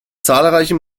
zahlreiche